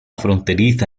fronteriza